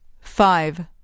five